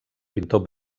pintor